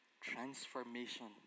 transformation